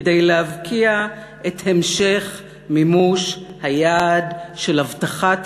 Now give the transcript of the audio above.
כדי להבקיע את המשך מימוש היעד של הבטחת